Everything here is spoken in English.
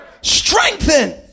strengthen